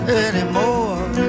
anymore